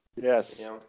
yes